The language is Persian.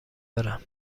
برم